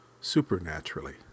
supernaturally